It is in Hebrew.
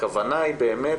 הכוונה היא בעצם